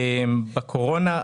בתוכנית 181103,